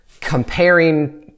comparing